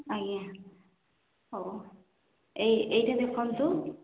ଆଜ୍ଞା ହଉ ଏଇ ଏଇଟା ଦେଖନ୍ତୁ